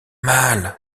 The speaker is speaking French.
mal